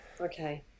okay